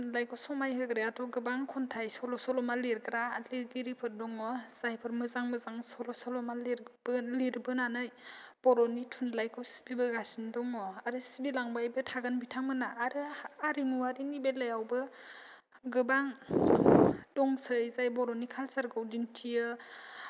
थुनलाइखौ समाय होग्रायाथ' गोबां खन्थाइ सल' सल'मा लिरग्रा लिरगिरिफोर दङ जायफोर मोजां मोजां सल' सल'मा लिरबो लिरबोनानै बर'नि थुनलाइखौ सिबिबोगासिनो दङ आरो सिबि लांबायबो थागोन बिथांमोना आरो आरिमुवारिनि बेलायावबो गोबां दंसै जाय बर'नि कालसारखौ दिन्थियो